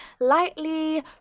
lightly